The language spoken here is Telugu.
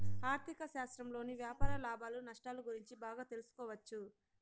ఆర్ధిక శాస్త్రంలోని వ్యాపార లాభాలు నష్టాలు గురించి బాగా తెలుసుకోవచ్చు